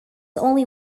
only